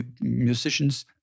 musicians